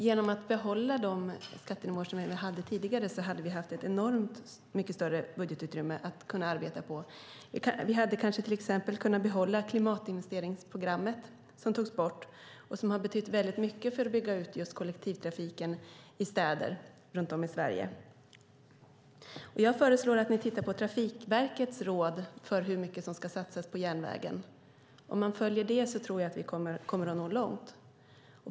Genom att behålla de skattenivåer som vi hade tidigare hade vi fått ett enormt mycket större budgetutrymme att arbeta med. Vi hade kanske kunnat behålla klimatinvesteringsprogrammet som togs bort. Det har betytt väldigt mycket för att bygga ut just kollektivtrafiken i städer runt om i Sverige. Jag föreslår att ni tittar på Trafikverkets råd för hur mycket som ska satsas på järnvägen. Om vi följer dem tror jag att vi kommer att nå långt.